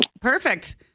Perfect